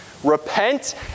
Repent